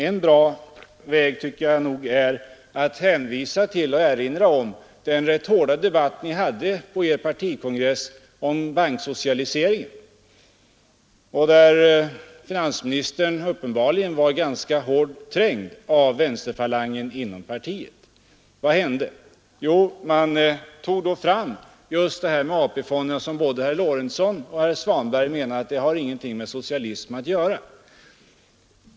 En bra väg tycker jag är att hänvisa till den rätt hårda debatt som fördes på den socialdemokratiska partikongressen om banksocialiseringen, där finansministern uppenbarligen var ganska hårt trängd av vänsterfalangen inom partiet. Vad hände då? Jo, man tog fram förslaget med AP-fonderna, som både herr Lorentzon och herr Svanberg menade inte har någonting med socialism att göra.